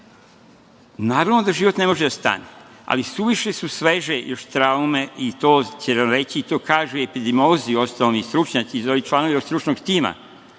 Naravno da život ne može da stane, ali suviše su još sveže traume, i to će nam reći i to kažu epidemiolozi, uostalom i stručnjaci i ovi članovi stručnog tima